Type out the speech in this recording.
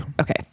Okay